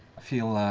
feel